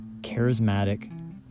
charismatic